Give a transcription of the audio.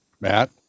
Matt